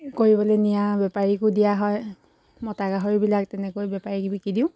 কৰিবলৈ নিয়া বেপাৰীকো দিয়া হয় মতা গাহৰিবিলাক তেনেকৈ বেপাৰীকো বিক্ৰী দিওঁ